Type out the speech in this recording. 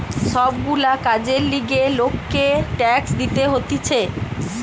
সব গুলা কাজের লিগে লোককে ট্যাক্স দিতে হতিছে